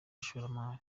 abashoramari